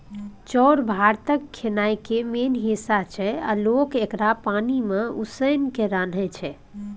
चाउर भारतक खेनाइ केर मेन हिस्सा छै आ लोक एकरा पानि मे उसनि केँ रान्हय छै